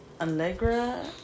Allegra